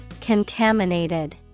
Contaminated